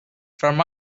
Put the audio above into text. from